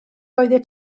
oeddet